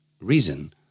Reason